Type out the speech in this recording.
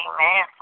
Amen